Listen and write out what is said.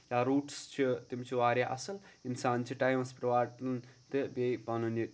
یا روٗٹٕس چھِ تِم چھِ واریاہ اصٕل اِنسان چھِ ٹایمَس پٮ۪ٹھ واٹہٕ تہٕ بیٚیہِ پَنُن یہِ